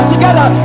Together